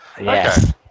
yes